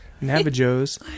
Navajos